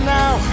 now